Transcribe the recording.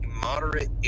moderate